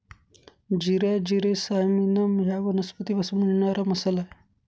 जिरे हा जिरे सायमिनम या वनस्पतीपासून मिळणारा मसाला आहे